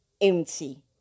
Empty